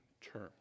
term